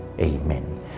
Amen